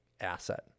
asset